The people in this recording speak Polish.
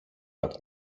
tak